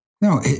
No